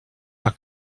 are